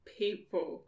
people